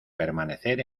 permanecer